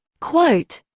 Quote